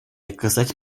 оказать